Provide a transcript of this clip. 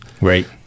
right